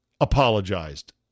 apologized